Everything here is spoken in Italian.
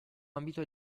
ambito